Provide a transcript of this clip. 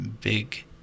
big